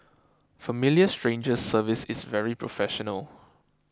Familiar Strangers service is very professional